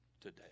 today